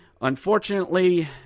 unfortunately